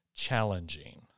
Challenging